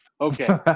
okay